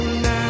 now